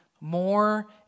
more